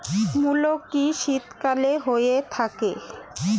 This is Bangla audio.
মূলো কি শীতকালে হয়ে থাকে?